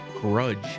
grudge